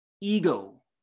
ego